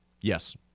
Yes